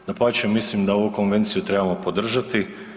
Dapače, mislim da ovu konvenciju trebamo podržati.